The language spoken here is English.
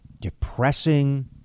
depressing